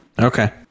Okay